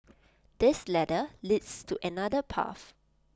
this ladder leads to another path